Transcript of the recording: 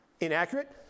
inaccurate